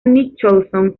nicholson